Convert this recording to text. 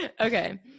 Okay